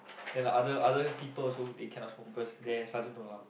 then like other other people also they cannot smoke because their sergeant don't allow